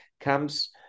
comes